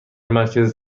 مرکز